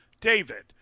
David